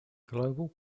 global